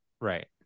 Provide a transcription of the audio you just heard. Right